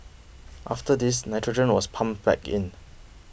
after this nitrogen was pumped back in